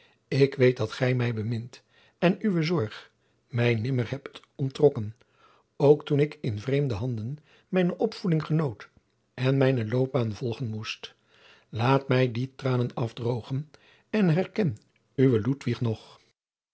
ik weet dat gij mij bemint en uwe zorg mij nimmer hebt onttrokken ook toen ik in vreemde handen mijne opvoeding genoot en mijnen loopbaan volgen moest laat mij die tranen afdroogen en herken uwen ludwig nog